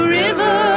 river